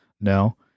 No